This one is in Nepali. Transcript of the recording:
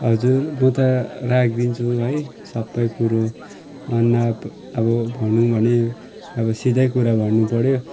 हजुर म त राखिदिन्छु है सबै कुरो अन्न अब भनौँ भने अब सिधै कुरा भन्नुपर्यो